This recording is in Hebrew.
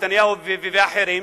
נתניהו ואחרים.